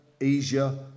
Asia